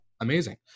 amazing